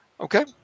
Okay